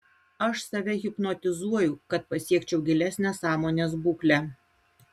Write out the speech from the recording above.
aš save hipnotizuoju kad pasiekčiau gilesnę sąmonės būklę